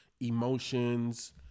emotions